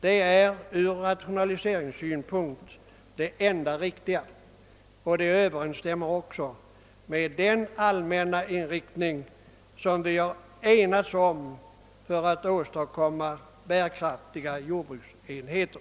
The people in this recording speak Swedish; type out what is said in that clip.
Detta är från rationaliseringssynpunkt det enda riktiga och det överensstämmer också med den allmänna inriktning som vi enats om för att åstadkomma bärkraftiga jordbruksenheter.